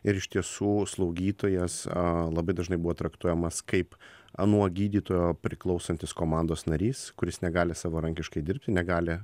ir iš tiesų slaugytojas labai dažnai buvo traktuojamas kaip anuo gydytojo priklausantis komandos narys kuris negali savarankiškai dirbti negali